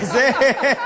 לא.